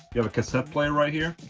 you have a cassette player right here